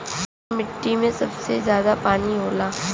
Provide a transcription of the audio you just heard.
कौन मिट्टी मे सबसे ज्यादा पानी होला?